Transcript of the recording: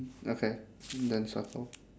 okay then circle